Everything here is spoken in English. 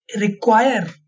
require